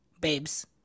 babes